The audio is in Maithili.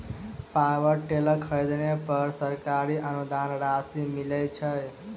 पावर टेलर खरीदे पर सरकारी अनुदान राशि मिलय छैय?